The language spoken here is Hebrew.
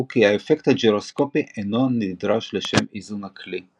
כי האפקט הגירוסקופי אינו נדרש לשם איזון הכלי.